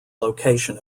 location